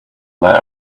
let